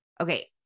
Okay